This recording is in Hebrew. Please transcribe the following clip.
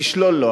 תשלול לו,